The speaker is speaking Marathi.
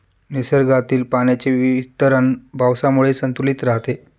निसर्गातील पाण्याचे वितरण पावसामुळे संतुलित राहते